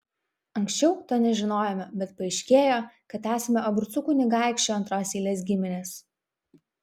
anksčiau to nežinojome bet paaiškėjo kad esam abrucų kunigaikščio antros eilės giminės